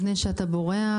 לפני שאתה בורח,